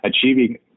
achieving